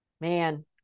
man